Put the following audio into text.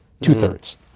two-thirds